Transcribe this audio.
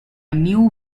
new